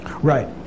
Right